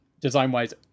Design-wise